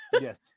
Yes